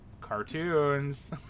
cartoons